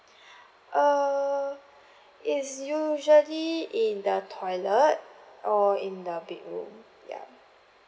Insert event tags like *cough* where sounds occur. *breath* uh it's usually in the toilet or in the bedroom yup